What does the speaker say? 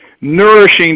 nourishing